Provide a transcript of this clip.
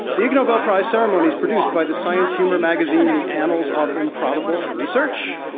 the ig nobel prize ceremony is produced by the science humour magazine the annals of improbable research,